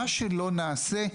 מה שלא נעשה,